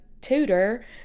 tutor